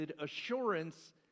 assurance